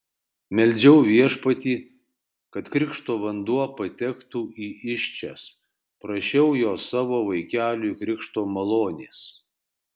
meldžiau viešpatį kad krikšto vanduo patektų į įsčias prašiau jo savo vaikeliui krikšto malonės